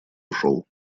ушел